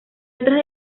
otras